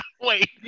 wait